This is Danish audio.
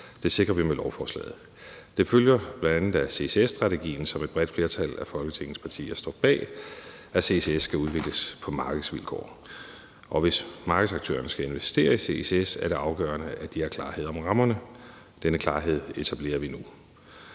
Det sikrer vi med lovforslaget. Det følger bl.a. af ccs-strategien, som et bredt flertal af Folketingets partier står bag, at ccs skal udvikles på markedsvilkår, og hvis markedsaktørerne skal investere i ccs, er det afgørende, at de har klarhed om rammerne. Denne klarhed etablerer vi nu.